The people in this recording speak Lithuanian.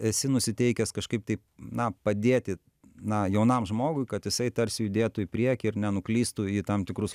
esi nusiteikęs kažkaip tai na padėti na jaunam žmogui kad jisai tarsi judėtų į priekį ir nenuklystų į tam tikrus